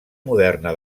moderna